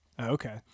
Okay